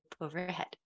overhead